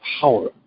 power